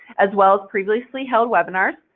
as well as previously held webinars.